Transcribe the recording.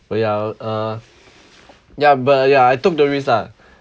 but ya uh ya but ya I took the risk lah